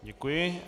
Děkuji.